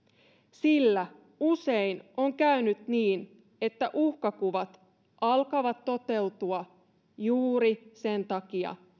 sillä usein on käynyt niin että uhkakuvat alkavat toteutua juuri sen takia